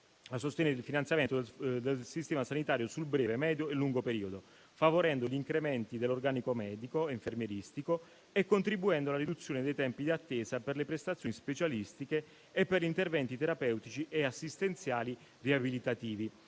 a sostenere il finanziamento del sistema sanitario sul breve, medio e lungo periodo, favorendo gli incrementi dell'organico medico e infermieristico e contribuendo alla riduzione dei tempi di attesa per le prestazioni specialistiche e per interventi terapeutici e assistenziali riabilitativi